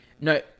No